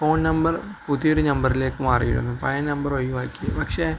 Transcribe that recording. phone number പുതിയൊരു നമ്പറിലേക്ക് മാറിയിരുന്നു പഴയ നമ്പർ ഒഴിവാക്കി പക്ഷെ